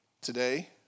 today